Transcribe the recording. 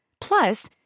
Plus